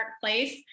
place